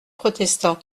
protestant